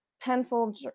pencil